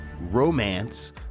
romance